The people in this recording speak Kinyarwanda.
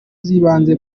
z’ibanze